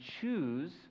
choose